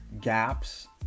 gaps